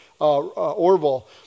Orville